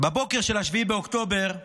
בבוקר של 7 באוקטובר,